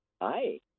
Hi